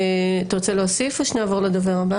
אתה רוצה להוסיף או שנעברו לדובר הבא?